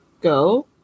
go